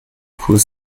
kurs